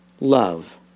love